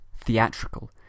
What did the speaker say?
theatrical